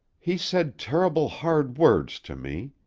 he said terrible hard words to me.